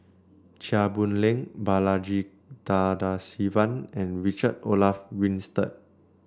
Chia Boon Leong Balaji Tadasivan and Richard Olaf Winstedt